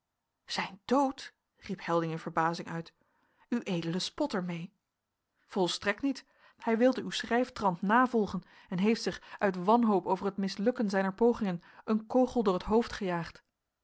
zijn dood riep helding in verbazing uit ued spot er mee volstrekt niet hij wilde uw schrijftrant navolgen en heeft zich uit wanhoop over het mislukken zijner pogingen een kogel door t hoofd gejaagd